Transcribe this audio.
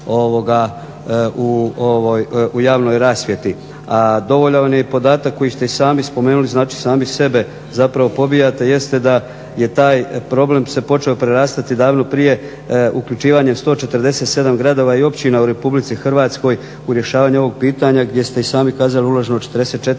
u javnoj rasvjeti. A dovoljan vam je i podatak koji ste i sami spomenuli, znači sami sebe zapravo pobijate, jeste da je taj problem se počeo prerastati davno prije uključivanjem 147 gradova i općina u RH u rješavanje ovog pitanja gdje ste i sami kazali je uloženo 44